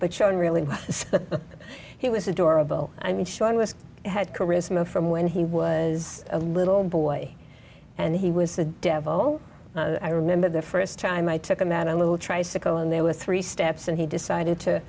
but shown really he was adorable i mean shawn was had charisma from when he was a little boy and he was the devil i remember the first time i took him out a little try sicko and there were three steps and he decided to